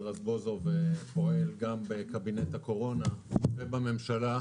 רזבוזוב פועל גם בקבינט הקורונה ובממשלה,